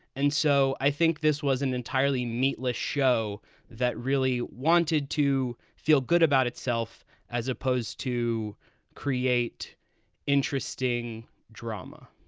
and so i think this was an entirely meatless show that really wanted to feel good about itself as opposed to create interesting drama